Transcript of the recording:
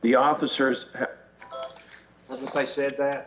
the officers i said that